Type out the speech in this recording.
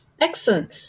Excellent